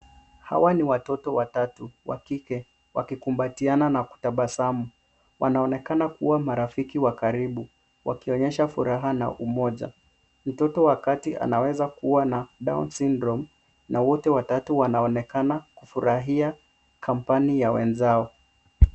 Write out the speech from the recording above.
Hawa ni watoto watatu wa kike wakikumbatiana na kutabasamu. Wanaonekana kuwa marafiki wa karibu, wakionyesha furaha na umoja. Mtoto wa kati anaweza kuwa na down syndrome , na wote watatu wanaonekana kufurahia company ya wenzao.